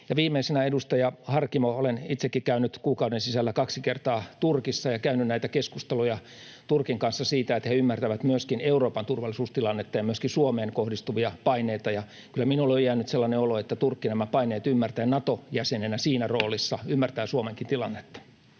Viimeisenä edustaja Harkimo: Olen itsekin käynyt kuukauden sisällä kaksi kertaa Turkissa ja käynyt näitä keskusteluja Turkin kanssa siitä, että he ymmärtävät myöskin Euroopan turvallisuustilannetta ja myöskin Suomeen kohdistuvia paineita, ja kyllä minulle on jäänyt sellainen olo, että Turkki nämä paineet ymmärtää ja Nato-jäsenenä — siinä roolissa — ymmärtää Suomenkin tilannetta.